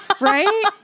right